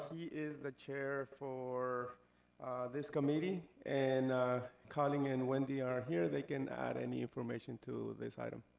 he is the chair for this committee, and colin and wendy are here, they can add any information to this item.